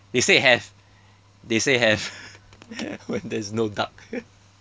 they say have they say have when there's no duck